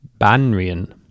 Banrian